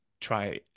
try